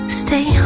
stay